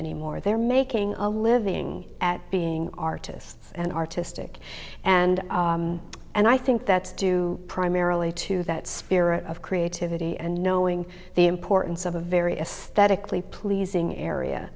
anymore they're making a living at being artists and artistic and and i think that's due primarily to that spirit of creativity and knowing the importance of a very aesthetically pleasing area